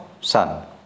sun